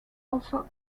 also